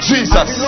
Jesus